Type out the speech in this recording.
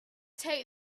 take